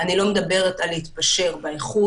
אני לא מדברת על התפשרות באיכות.